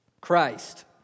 Christ